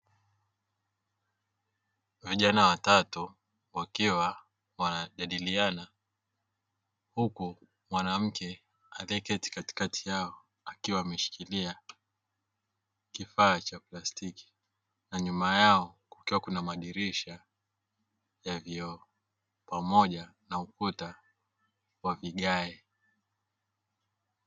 Vijana watatu wakiwa wanajadiliana huku mwanamke aliyeketi katikati yao akiwa ameshikilia kifaa cha palstiki, huku nyuma yao kukiwa na madirisha ya vioo pamoja na ukuta wa vigae.